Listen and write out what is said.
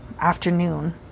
afternoon